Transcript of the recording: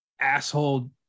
asshole